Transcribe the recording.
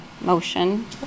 motion